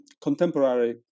contemporary